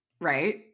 right